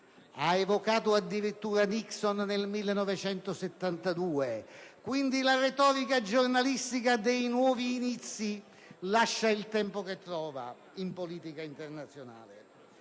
Ha evocato addirittura Nixon nel 1972. Quindi, la retorica giornalistica dei nuovi inizi lascia il tempo che trova in politica internazionale.